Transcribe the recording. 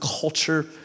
culture